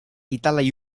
italaj